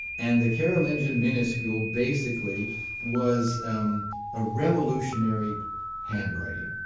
and the carolingian minuscule basically was a revolutionary handwriting.